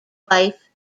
wife